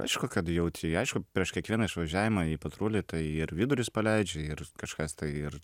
aišku kad jauti aišku prieš kiekvieną išvažiavimą į patrulį tai ir vidurius paleidžia ir kažkas tai ir